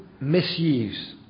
misuse